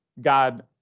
God